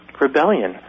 rebellion